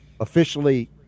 officially